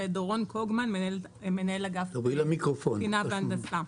ודורון קוגמן, מנהל אגף תקינה והנדסה.